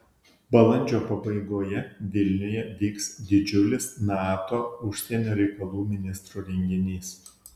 balandžio pabaigoje vilniuje vyks didžiulis nato užsienio reikalų ministrų renginys